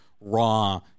raw